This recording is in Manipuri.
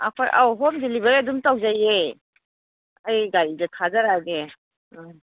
ꯑꯩꯈꯣꯏ ꯑꯧ ꯍꯣꯝ ꯗꯤꯂꯤꯕꯔꯤ ꯑꯗꯨꯝ ꯇꯧꯖꯩꯌꯦ ꯑꯩꯒꯤ ꯒꯥꯔꯤꯗ ꯊꯥꯖꯔꯛꯑꯒꯦ